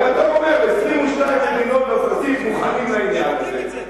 הרי אתה אומר: 22 מדינות, מוכנים לעניין הזה.